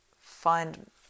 Find